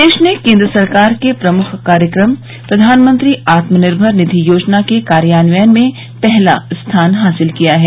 प्रदेश ने केन्द्र सरकार के प्रमुख कार्यक्रम प्रधानमंत्री आत्मनिर्भर निधि योजना के कार्यान्वयन में पहला स्थान हासिल किया है